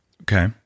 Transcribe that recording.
Okay